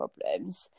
problems